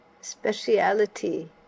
speciality